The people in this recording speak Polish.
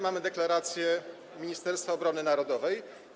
Mamy deklarację Ministerstwa Obrony Narodowej.